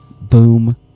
boom